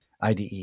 IDE